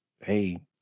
hey